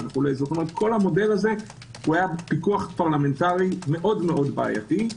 כל המודל הזה היה בפיקוח פרלמנטרי מאוד בעייתי.